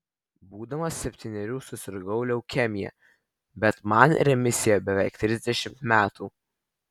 būdamas septynerių susirgau leukemija bet man remisija beveik trisdešimt metų